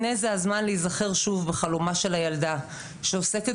זה הזמן להיזכר שוב בחלומה של ילדה שעוסקת